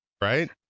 right